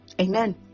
amen